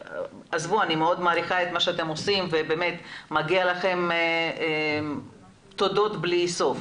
אני מאוד מעריכה את מה שאתם עושים ומגיעות לכם תודות בלי סוף.